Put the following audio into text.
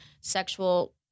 sexual